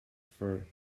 for